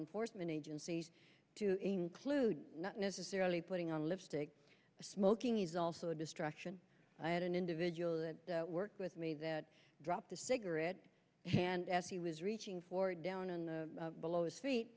enforcement agencies to include not necessarily putting on lipstick smoking is also a distraction i had an individual that worked with me that dropped the cigarette and as he was reaching for down and below his feet